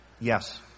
Yes